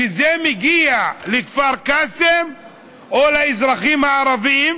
כשזה מגיע לכפר קאסם או לאזרחים הערבים,